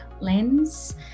lens